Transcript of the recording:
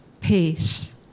peace